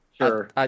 sure